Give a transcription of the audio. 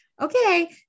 okay